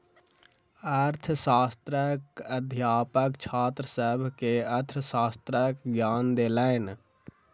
अर्थशास्त्रक अध्यापक छात्र सभ के अर्थशास्त्रक ज्ञान देलैन